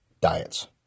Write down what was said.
diets